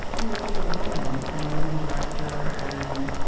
you know being a woman, and a woman director, and,